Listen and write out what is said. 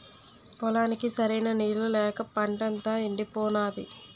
పొలానికి సరైన నీళ్ళు లేక పంటంతా యెండిపోనాది